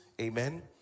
Amen